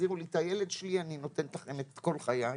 תחזירו לי את הילד שלי ואני נותנת לכם את כל חיי בחזרה.